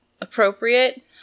appropriate